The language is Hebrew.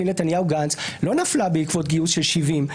נתניהו-גנץ לא נפלה בעקבות גיוס של 70,